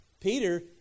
Peter